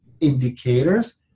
indicators